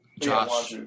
Josh